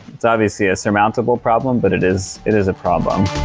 it's obviously a surmountable problem, but it is it is a problem